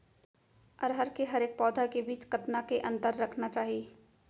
अरहर के हरेक पौधा के बीच कतना के अंतर रखना चाही?